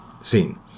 scene